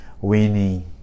winning